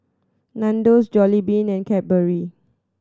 Nandos Jollibean and Cadbury